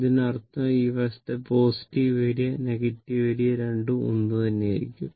ഇതിനു അർഥം ഈ വശത്തെ പോസിറ്റീവ് ഏരിയ നെഗറ്റീവ് ഏരിയ രണ്ടും ഒന്നുതന്നെയായിരിക്കും